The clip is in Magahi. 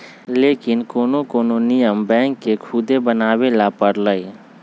लेकिन कोनो कोनो नियम बैंक के खुदे बनावे ला परलई